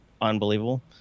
unbelievable